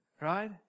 right